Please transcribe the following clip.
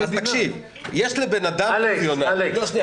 תקשיב, תקשיב --- אלכס, רגע.